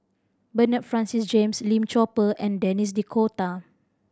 Bernard Francis James Lim Chor Pee and Denis D'Cotta